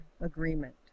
agreement